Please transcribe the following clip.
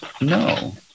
no